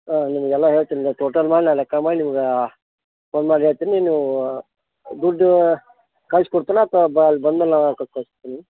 ಹಾಂ ನಿಮಗೆಲ್ಲ ಹೇಳ್ತೀನಿ ಟೋಟಲ್ ಮಾಡಿ ನಾ ಲೆಕ್ಕ ಮಾಡಿ ನಿಮ್ಗೆ ಫೋನ್ ಮಾಡಿ ಹೇಳ್ತೀನಿ ನೀವು ದುಡ್ಡು ಕಳ್ಸ್ಕೊಡ್ತೀನಿ ಅಥ್ವಾ ಬ ಅಲ್ಲಿ ಬಂದ್ಮೇಲೆ ನಾವು ಕೊಟ್ಟು ಕಳಿಸ್ತೀನಿ